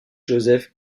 joseph